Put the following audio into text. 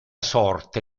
sorte